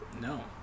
No